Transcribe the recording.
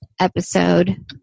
episode